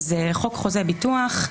אז חוק חוזה הביטוח,